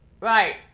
Right